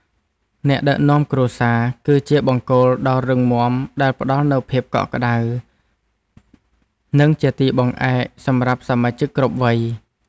អ្នកដឹកនាំគ្រួសារ គឺជាបង្គោលដ៏រឹងមាំដែលផ្តល់នូវភាពកក់ក្តៅ និងជាទីបង្អែកសម្រាប់សមាជិកគ្រប់វ័យ។